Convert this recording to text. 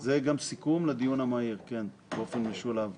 זה גם סיכום לדיון המהיר, באופן משולב.